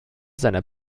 seiner